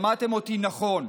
שמעתם אותי נכון,